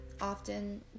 often